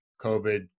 COVID